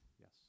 Yes